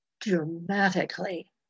dramatically